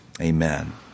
Amen